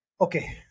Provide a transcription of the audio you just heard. Okay